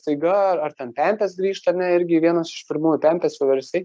staiga ar ar ten pempės grįžta ar ne irgi vienas iš pirmųjų pempės vieversiai